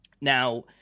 now